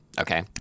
Okay